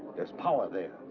there's power there.